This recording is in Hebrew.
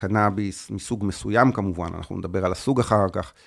קנאביס מסוג מסוים כמובן, אנחנו נדבר על הסוג אחר כך.